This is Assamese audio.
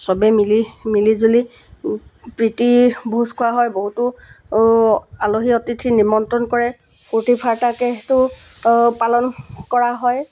চবেই মিলি মিলিজুলি প্ৰীতিভোজ খোৱা হয় বহুতো আলহী অতিথি নিমন্ত্ৰণ কৰে ফূৰ্তি ফাৰ্তাকৈ সেইটো পালন কৰা হয়